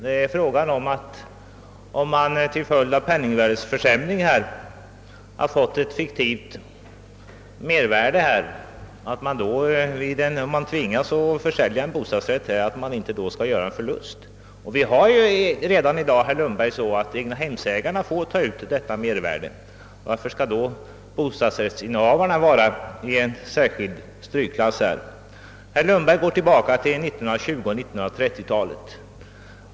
Det är fråga om att man, om man tvingas att sälja en bostadsrätt, inte skall göra en förlust genom att inte få ta ut det fiktiva mervärde som penningvärdeförsämringen medfört. Redan i dag får egnahemsägarna ta ut ett sådant mervärde. Varför skall då bostadsrättshavarna vara i en särskild strykklass i detta avseende? Herr Lundberg går tillbaka till 1920 och 1930-talen.